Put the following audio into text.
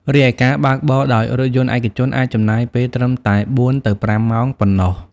រីឯការបើកបរដោយរថយន្តឯកជនអាចចំណាយពេលត្រឹមតែ ៤ទៅ៥ ម៉ោងប៉ុណ្ណោះ។